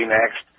next